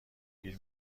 گیر